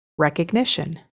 recognition